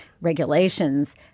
regulations